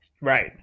Right